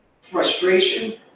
frustration